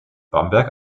bamberg